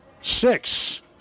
six